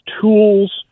tools